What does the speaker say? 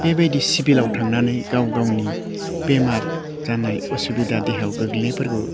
बेबायदि सिभिलाव थांनानै गाव गावनि बेमार जानाय उसुबिदा देहायाव गोग्लैनायफोरखौ